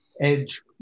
edge